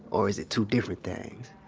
or is it two different things?